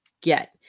get